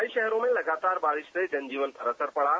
कई शहरों में लगातार बारिश से जनजीवन पर असर पड़ा